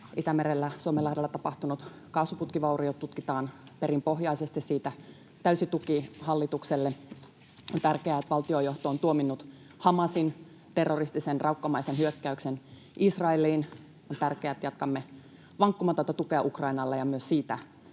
Itämerellä, Suomenlahdella tapahtunut kaasuputkivaurio tutkitaan perinpohjaisesti. Siihen täysi tuki hallitukselle. On tärkeää, että valtiojohto on tuominnut Hamasin terroristisen, raukkamaisen hyökkäyksen Israeliin. On tärkeää, että jatkamme vankkumatonta tukea Ukrainalle, ja myös siihen